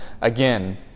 again